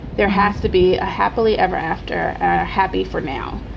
there has to be a happily ever after happy for now.